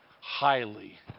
Highly